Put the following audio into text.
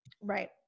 Right